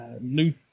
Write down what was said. New